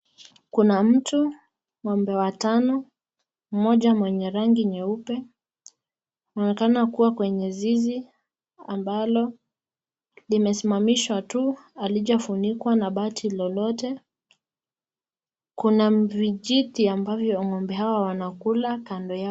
Kuna mtu, ngombe watano. Mmoja mwenye rangi ya nyeupe. Wanaonekana kua kwenye zizi ambalo limesimamishwa tu halijafunikwa na bati lolote. Kuna vijiti ambavyo ngombe hawa wanakula kando yao.